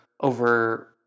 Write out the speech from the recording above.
over